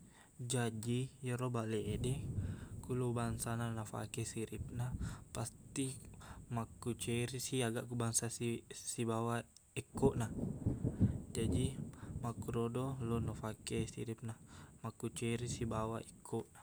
Jaji ero bale ede ku lo bangsana nafake siripna pasti makkucerisi aga ko bangsa si- sibawa ekkoqna jaji makkurodo lo nafake siripna makkuceri sibawa ikkoqna